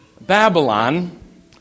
Babylon